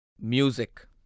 Music